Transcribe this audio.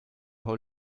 how